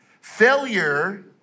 Failure